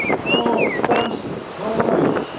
oh, corson, how are you?